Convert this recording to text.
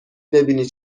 ببینی